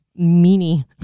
meanie